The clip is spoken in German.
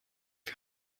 wir